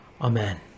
Amen